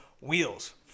wheels